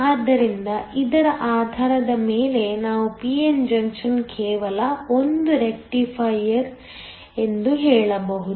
ಆದ್ದರಿಂದ ಇದರ ಆಧಾರದ ಮೇಲೆ ನಾವು p n ಜಂಕ್ಷನ್ ಕೇವಲ ಒಂದು ರೆಕ್ಟಿಫೈರ್ ಎಂದು ಹೇಳಬಹುದು